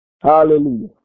Hallelujah